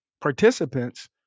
participants